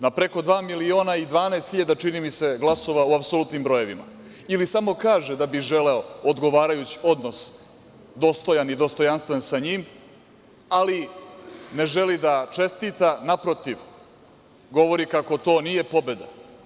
Na preko dva miliona i 12 hiljada glasova, čini mi se glasova u apsolutnim brojevima ili samo kaže da bi želeo odgovarajući odnos dostojan i dostojanstven sa njim, ali ne želi da čestita naprotiv, govori kako to nije pobeda.